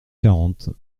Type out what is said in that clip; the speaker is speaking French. quarante